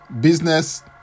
business